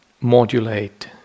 modulate